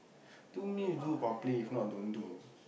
do meals do properly if not don't do